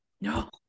No